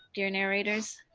dear narrators?